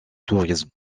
tourisme